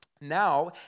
Now